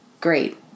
great